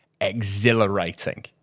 exhilarating